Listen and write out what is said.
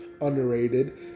underrated